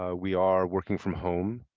ah we are working from home.